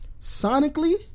sonically